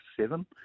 seven